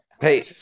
Hey